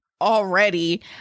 already